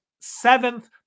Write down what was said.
seventh